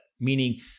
meaning